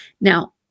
Now